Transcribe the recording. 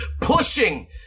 pushing